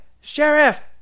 sheriff